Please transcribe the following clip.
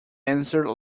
answer